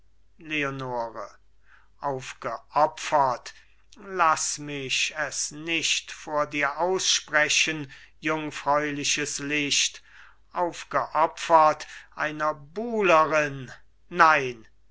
leonore aufgeopfert laß mich es nicht vor dir aussprechen jungfräuliches licht aufgeopfert einer buhlerin nein